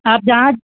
आप जहाँ